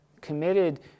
committed